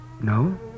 No